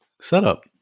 setup